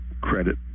Credit